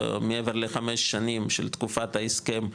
מעבר לחמש שנים של תקופת ההסכם,